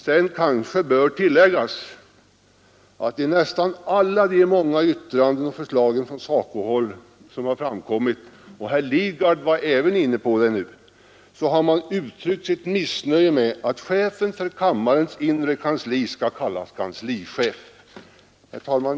s att i nästan alla de många yttranden och bakgrund av att alla tidigar Sedan kanske bör tillä; förslag som kommit från SACO-håll — och herr Lidgard var även inne på det nu — har man uttryckt sitt missnöje med att chefen för kammarens inre kansli skall kallas kanslichef. Herr talman!